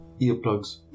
earplugs